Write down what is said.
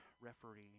Referee